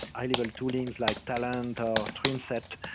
ah level toolings like talent stream set,